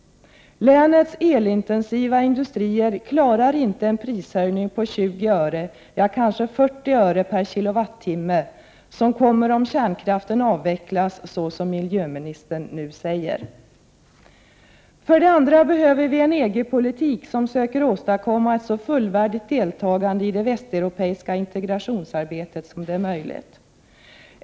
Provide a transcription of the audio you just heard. Länets elintensiva industrier klarar inte en prishöjning på 20 öre, eller kanske 40 öre per kWh, som kommer att ske om kärnkraften avvecklas, som miljöministern nu säger. För det andra behöver vi en EG-politik som innebär att man söker åstadkomma ett så fullvärdigt deltagande i det västeuropeiska integrationsarbetet som möjligt.